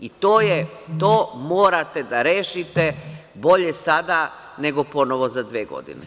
To je to i to morate da rešite, bolje sada nego ponovo za dve godine.